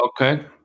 Okay